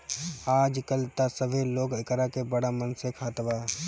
आजकल त सभे लोग एकरा के बड़ा मन से खात बा